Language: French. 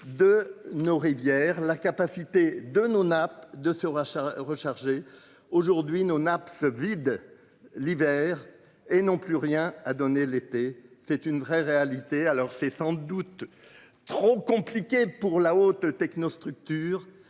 de nos rivières, la capacité de nos nappes de ce rachat recharger aujourd'hui nos nappes se vide, l'hiver et n'ont plus rien à donner. L'été c'est une vraie réalité. Alors c'est sans doute trop compliqué pour la haute technostructure.